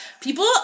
People